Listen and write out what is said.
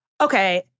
Okay